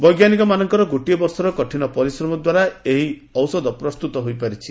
ବୈଜ୍ଞାନିକମାନଙ୍କର ଗୋଟିଏ ବର୍ଷର କଠିନ ପରିଶ୍ରମ ଦ୍ୱାରା ଏହି ଔଷଧ ପ୍ରସ୍ତୁତ ହୋଇପାରିଛି